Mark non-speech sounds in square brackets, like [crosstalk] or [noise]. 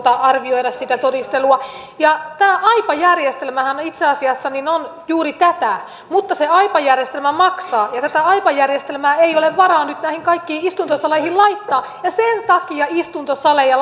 arvioida sitä todistelua tämä aipa järjestelmähän on itse asiassa juuri tätä mutta se aipa järjestelmä maksaa ja tätä aipa järjestelmää ei ole varaa nyt näihin kaikkiin istuntosaleihin laittaa ja sen takia istuntosaleja [unintelligible]